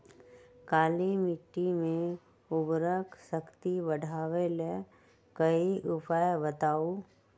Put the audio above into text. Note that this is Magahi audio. काली मिट्टी में उर्वरक शक्ति बढ़ावे ला कोई उपाय बताउ?